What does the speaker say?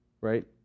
Right